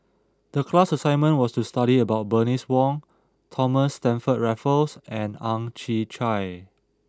the class assignment was to study about Bernice Wong Thomas Stamford Raffles and Ang Chwee Chai